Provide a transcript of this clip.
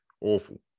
Awful